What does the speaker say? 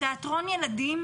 תיאטרון ילדים,